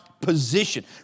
Position